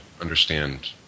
understand